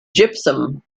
gypsum